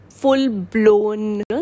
full-blown